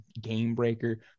game-breaker